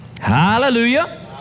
Hallelujah